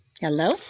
Hello